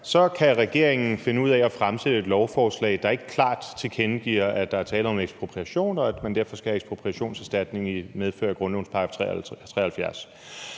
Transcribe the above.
kan regeringen finde ud af at fremsætte et lovforslag, der ikke klart tilkendegiver, at der er tale om ekspropriation, og at man derfor ikke skal have ekspropriationserstatning i medfør af grundlovens § 73,